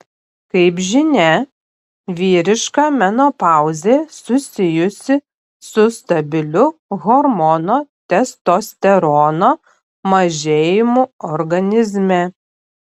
kaip žinia vyriška menopauzę susijusi su stabiliu hormono testosterono mažėjimu organizme